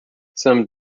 some